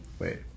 Wait